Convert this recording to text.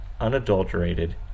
unadulterated